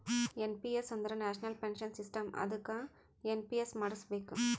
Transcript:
N P S ಅಂದುರ್ national pension system ಅದ್ದುಕ NPS ಮಾಡುಸ್ಬೇಕ್